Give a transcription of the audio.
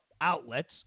outlets